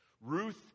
Ruth